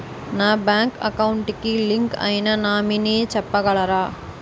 నా bank account కి link అయినా నామినీ చెప్పగలరా?